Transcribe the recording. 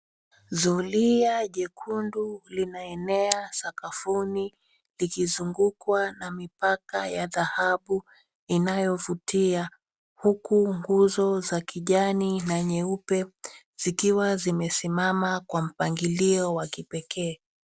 Zulia jekundu linaenea sakafuni likizungukwa na mipaka ya dhahabu inayovutia huku nguzo za kijani na nyeupe zikiwa zimesimama kwa mpangilio wa kipekee.